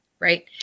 right